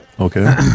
Okay